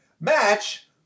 match